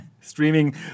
streaming